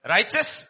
Righteous